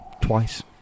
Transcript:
Twice